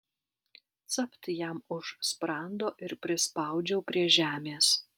capt jam už sprando ir prispaudžiau prie žemės